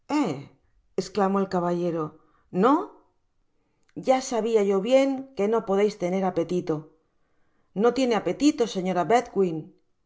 esclamó el caballero no ya sabia yo bien que no podeis tener apetito no tiene apetito señora